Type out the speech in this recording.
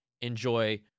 enjoy